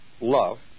love